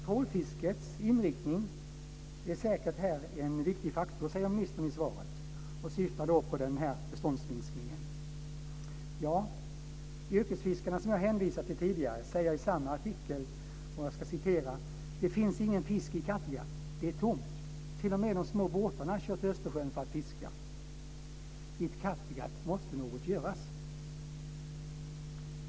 Trålfiskets inriktning är säkert en viktig faktor, säger ministern i svaret och syftar då på den här beståndsminskningen. Yrkesfiskarna som jag hänvisade till tidigare säger i samma artikel: Det finns ingen fisk i Kattegatt. Det är tomt. T.o.m. de små båtarna kör till Östersjön för att fiska. Vid Kattegatt måste något göras.